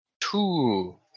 Two